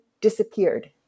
disappeared